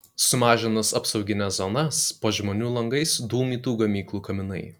sumažinus apsaugines zonas po žmonių langais dūmytų gamyklų kaminai